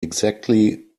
exactly